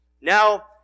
Now